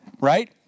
Right